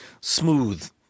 smooth